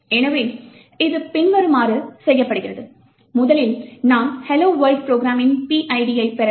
எனவே இது பின்வருமாறு செய்யப்படுகிறது முதலில் நாம் hello world ப்ரோக்ராமின் PID ஐப் பெற வேண்டும்